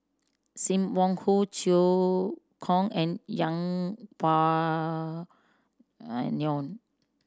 Sim Wong Hoo Cheow Tong and Yeng Pway Ngon